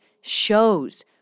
shows